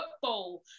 football